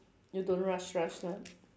you don't rush rush lah